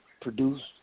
produced